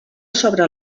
sobre